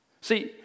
See